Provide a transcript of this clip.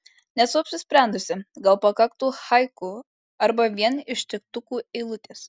nesu apsisprendusi gal pakaktų haiku arba vien ištiktukų eilutės